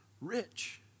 rich